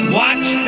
watch